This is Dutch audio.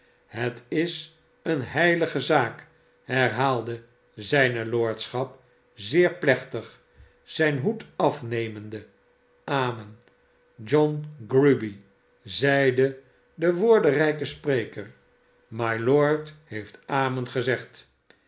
het is eene heilige zaak herhaalde zijne lordschap zeer plechtig zijn hoed afhemende amen sjohn grueby zeide de woor denrijke spreker mylord heeft amen gezegd